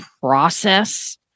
process